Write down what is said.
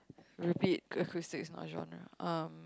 repeat acoustic is not genre um